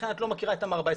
לכן את לא מכירה את תמ"א 14/ג,